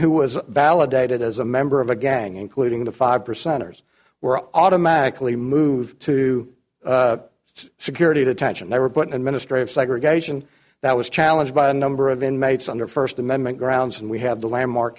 who was validated as a member of a gang including the five percent ours were automatically moved to security detention they were put an administrative segregation that was challenged by a number of inmates on their first amendment grounds and we have the landmark